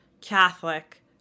Catholic